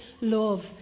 love